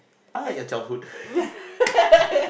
I like your childhood